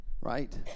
Right